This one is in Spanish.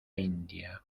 india